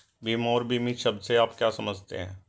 बीमा और बीमित शब्द से आप क्या समझते हैं?